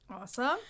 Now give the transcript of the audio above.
Awesome